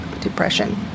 depression